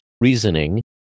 reasoning